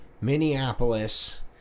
Minneapolis